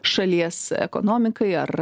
šalies ekonomikai ar